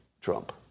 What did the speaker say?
Trump